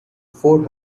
four